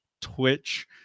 Twitch